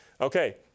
Okay